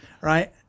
Right